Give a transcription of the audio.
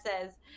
says